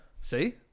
see